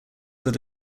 that